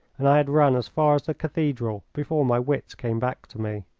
and i had run as far as the cathedral before my wits came back to me.